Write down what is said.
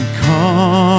come